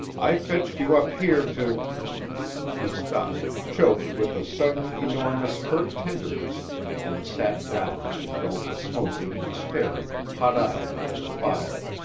i fetched you up here to he stopped, choked with a sudden, enormous hurt tenderness and sat down and fell to smoking and staring, hot-eyed, into the fire.